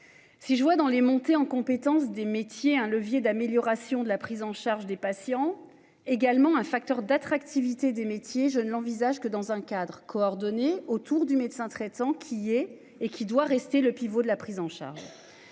Si je vois dans les monter en compétences des métiers un levier d'amélioration de la prise en charge des patients. Également un facteur d'attractivité des métiers je ne l'envisage que dans un cadre coordonné autour du médecin traitant qui est et qui doit rester le pivot de la prise en charge.